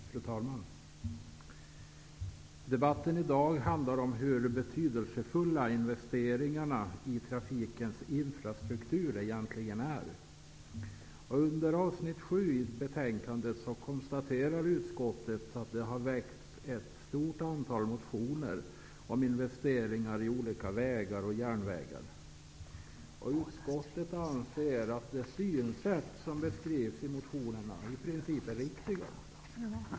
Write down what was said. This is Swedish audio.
Fru talman! Debatten i dag handlar om hur betydelsefulla investeringarna i trafikens infrastruktur egentligen är. I avsnitt sju i betänkandet konstaterar utskottet att det väckts ett stort antal motioner om investeringar i olika vägar och järnvägar. Utskottet anser att de synsätt som beskrivs i motionerna i princip är riktiga.